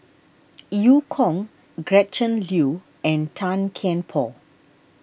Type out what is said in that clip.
Eu Kong Gretchen Liu and Tan Kian Por